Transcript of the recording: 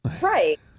Right